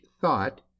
thought